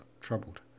troubled